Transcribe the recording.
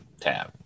tab